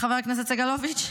חבר הכנסת סגלוביץ'?